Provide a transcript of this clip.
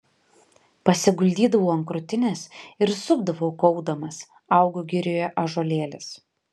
pasiguldydavau ant krūtinės ir supdavau kaukdamas augo girioje ąžuolėlis